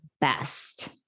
best